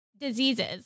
diseases